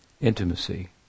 intimacy